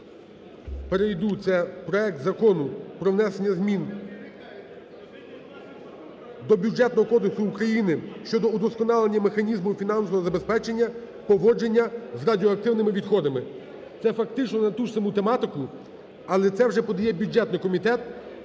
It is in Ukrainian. Це проект Закону про внесення змін до Бюджетного кодексу України щодо удосконалення механізму фінансового забезпечення поводження з радіоактивними відходами. Це фактично на ту ж саму тематику, але це вже подає бюджетний комітет,